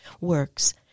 works